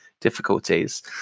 difficulties